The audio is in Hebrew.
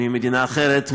ממדינה אחרת,